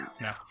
No